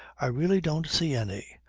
i really don't see any.